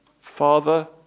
Father